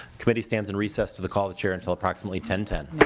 committee stands in recess to the call of the chair until approximately ten ten